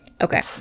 Okay